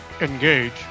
engage